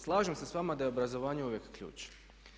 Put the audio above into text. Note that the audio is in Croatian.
Slažem se s vama da je obrazovanje uvijek ključ.